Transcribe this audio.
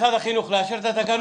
משרד החינוך, האם לאשר את התקנות?